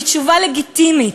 והיא תשובה לגיטימית.